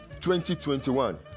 2021